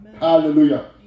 Hallelujah